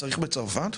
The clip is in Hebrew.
צריך בצרפת?